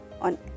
on